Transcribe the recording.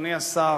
אדוני השר,